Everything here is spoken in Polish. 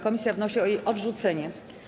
Komisja wnosi o jej odrzucenie.